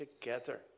together